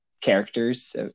characters